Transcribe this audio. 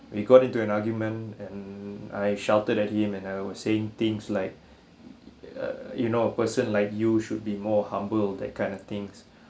we got into an argument and I shouted at him and I were saying things like a you know a person like you should be more humble that kind of things